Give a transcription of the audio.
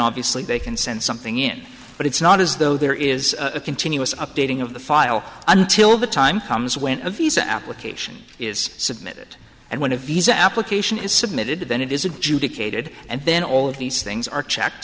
obviously they can send something in but it's not as though there is a continuous updating of the file until the time comes when a visa application is submitted and when a visa application is submitted then it is adjudicated and then all of these things are checked